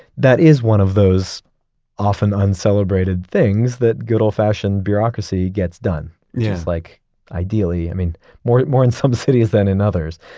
that is one of those often uncelebrated things that good old fashioned bureaucracy gets done. yeah just like ideally, i mean more more in some cities than in others,